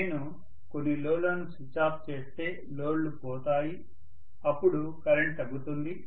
నేను కొన్ని లోడ్లను స్విచ్ ఆఫ్ చేస్తే లోడ్లు పోతాయి అప్పుడు కరెంట్ తగ్గుతుంది